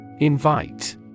Invite